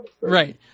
Right